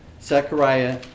Zechariah